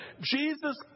Jesus